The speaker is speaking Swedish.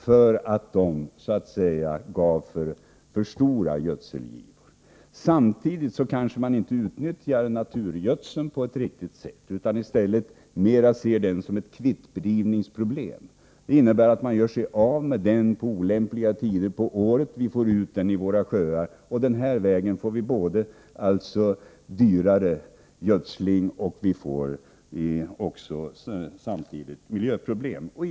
för att de så att säga gjort för stora gödselgiv. Samtidigt kanske man inte utnyttjar naturgödseln på ett riktigt sätt, utan i stället mera ser den som ett ”kvittblivningsproblem”. Det innebär att man gör sig av med den på olämpliga tider av året, varefter vi får ut den i våra sjöar. På detta sätt får vi både dyrare gödsling och miljöproblem.